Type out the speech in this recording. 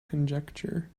conjecture